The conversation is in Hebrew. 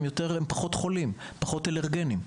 פחות חולים ואלרגניים.